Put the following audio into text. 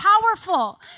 powerful